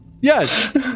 Yes